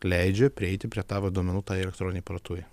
leidžia prieiti prie tavo duomenų tai elektroninei parduotuvei